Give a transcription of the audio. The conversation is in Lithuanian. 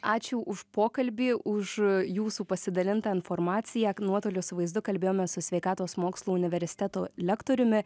ačiū už pokalbį už jūsų pasidalintą informaciją nuotoliu su vaizdu kalbėjomės su sveikatos mokslų universiteto lektoriumi